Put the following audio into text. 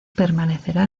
permanecerá